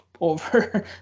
over